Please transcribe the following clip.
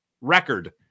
record